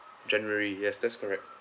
january yes that's correct